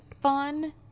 fun